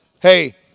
hey